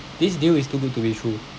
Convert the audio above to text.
this deal is too good to be true